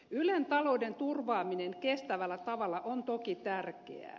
ylen talouden turvaaminen kestävällä tavalla on toki tärkeää